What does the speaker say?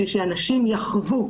בשביל שאנשים יחוו.